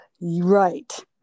Right